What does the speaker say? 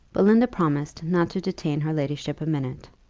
belinda promised not to detain her ladyship a minute.